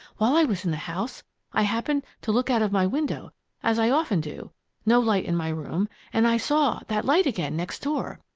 while i was in the house i happened to look out of my window as i often do no light in my room and i saw that light again next door!